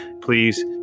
Please